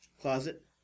Closet